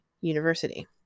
University